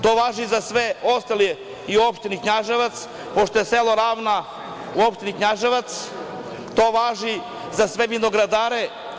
To važi i za sve ostale u opštini Knjaževac, pošto je selo Ravna u opštini Knjaževac, to važi za sve vinogradare.